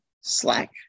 Slack